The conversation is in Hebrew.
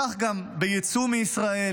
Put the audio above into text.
כך גם בייצוא מישראל,